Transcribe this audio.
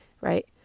Right